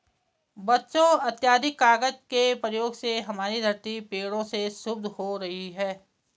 बच्चों अत्याधिक कागज के प्रयोग से हमारी धरती पेड़ों से क्षुब्ध हो रही है